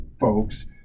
folks